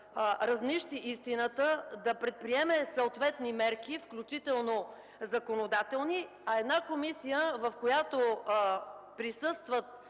разнищи истината, да предприеме съответни мерки, включително законодателни, но комисия, в която присъстват